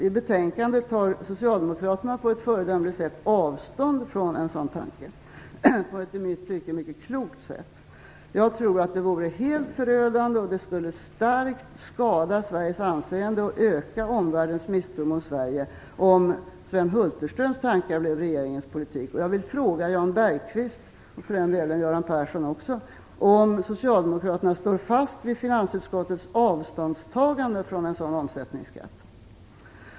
I betänkandet tar socialdemokraterna avstånd från en sådan tanke på ett i mitt tycke mycket klokt sätt. Jag tror att det vore helt förödande och det skulle starkt skada Sveriges anseende och öka omvärldens misstro mot Sverige om Sven Hulterströms tankar blev regeringens politik. Göran Persson om socialdemokraterna står fast vid finansutskottets avståndstagande från en sådan omsättningsskatt.